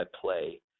play